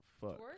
Fuck